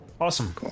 Awesome